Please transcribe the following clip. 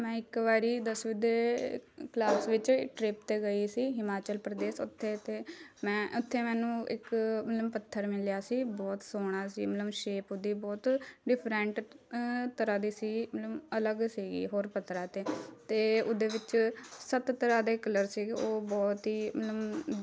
ਮੈਂ ਇੱਕ ਵਾਰੀ ਦਸਵੀਂ ਦੇ ਕਲਾਸ ਵਿੱਚ ਟਰਿੱਪ 'ਤੇ ਗਈ ਸੀ ਹਿਮਾਚਲ ਪ੍ਰਦੇਸ਼ ਉੱਥੇ ਅਤੇ ਮੈਂ ਉੱਥੇ ਮੈਨੂੰ ਇੱਕ ਮਤਵ ਪੱਥਰ ਮਿਲਿਆ ਸੀ ਬਹੁਤ ਸੋਹਣਾ ਸੀ ਮਤਲਬ ਸ਼ੇਪ ਉਹਦੀ ਬਹੁਤ ਡਿਫਰੈਂਟ ਤਰ੍ਹਾਂ ਦੀ ਸੀ ਮਤਲਬ ਅਲੱਗ ਸੀਗੀ ਹੋਰ ਪੱਥਰਾਂ 'ਤੇ ਅਤੇ ਉਹਦੇ ਵਿੱਚ ਸੱਤ ਤਰ੍ਹਾਂ ਦੇ ਕਲਰ ਸੀਗੇ ਉਹ ਬਹੁਤ ਹੀ ਮਤਲਬ